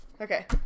Okay